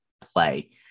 play